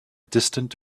distant